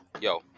Yo